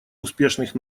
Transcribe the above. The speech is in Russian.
успешных